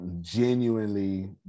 genuinely